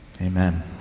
Amen